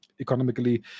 economically